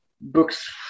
books